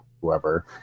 whoever